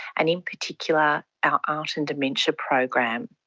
and in particular our art and dementia program,